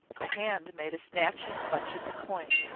the hand made a snatching clutch at the coin.